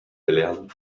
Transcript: belehren